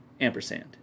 ampersand